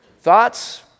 thoughts